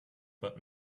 but